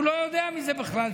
לא יודע על זה בכלל,